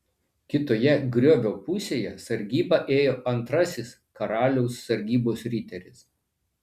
kitoje griovio pusėje sargybą ėjo antrasis karaliaus sargybos riteris